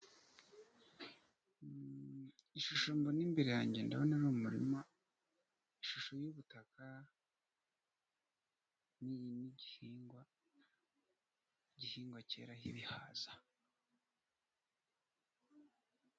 Ishusho mbona imbere yanjye ndabona ni umurima, ishusho y'ubutaka irimo igihingwa, igihingwa cyera ibihaza.